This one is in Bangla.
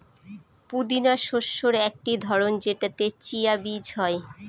পুদিনা শস্যের একটি ধরন যেটাতে চিয়া বীজ হয়